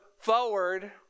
forward